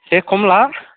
एसे खम ला